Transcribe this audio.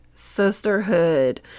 sisterhood